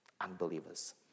Unbelievers